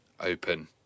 open